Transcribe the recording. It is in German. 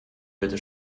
bitte